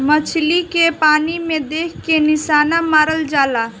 मछली के पानी में देख के निशाना मारल जाला